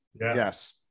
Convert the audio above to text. Yes